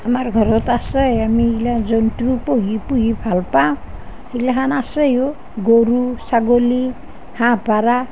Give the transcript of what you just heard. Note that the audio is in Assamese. আমাৰ ঘৰত আছে আমি এইগিলা জন্তু পোহি পোহি ভাল পাওঁ সেইগিলাখন আছেও গৰু ছাগলী হাঁহ পাৰ